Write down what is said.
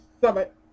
Summit